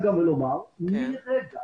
מרגע